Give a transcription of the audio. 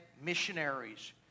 missionaries